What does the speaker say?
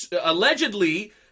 Allegedly